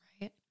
right